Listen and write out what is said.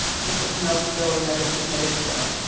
just that no bill was ever submitted for it.